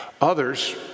Others